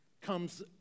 comes